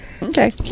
Okay